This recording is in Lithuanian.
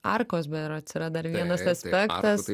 arkos berods yra dar vienas aspektas